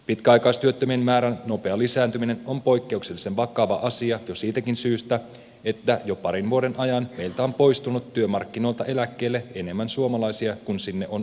pitkäaikaistyöttömien määrän nopea lisääntyminen on poikkeuksellisen vakava asia jo siitäkin syystä että jo parin vuoden ajan meiltä on poistunut työmarkkinoilta eläkkeelle enemmän suomalaisia kuin sinne on oppilaitoksista tullut